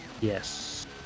Yes